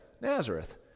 Nazareth